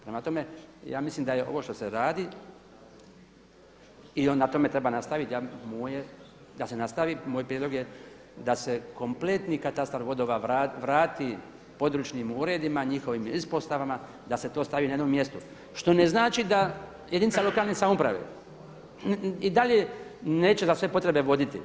Prema tome, ja mislim da je ovo što se radi i na tome treba nastaviti, da se nastavi, moj prijedlog je da se kompletni katastar vodova vrati područnim uredima, njihovim ispostavama, da se to stavi na jednom mjestu, što ne znači da jedinica lokalne samouprave i dalje neće za svoje potrebe voditi.